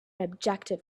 objective